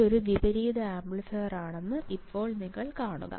ഇതൊരു വിപരീത ആംപ്ലിഫയറാണെന്ന് ഇപ്പോൾ നിങ്ങൾ കാണുന്നു